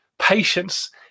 patience